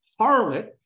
harlot